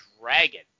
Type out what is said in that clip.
dragon